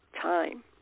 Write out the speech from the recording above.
time